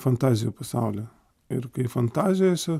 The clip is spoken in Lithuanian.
fantazijų pasaulį ir kai fantazijose